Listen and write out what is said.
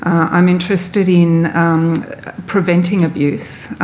i'm interested in preventing abuse,